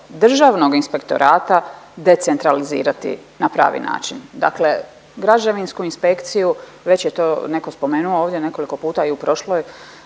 Državnog inspektorata decentralizirati na pravi način. Dakle, građevinsku inspekciju već je to neko spomenuo ovdje nekoliko puta i u prošloj